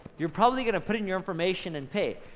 you're probably gonna put in your information and pay,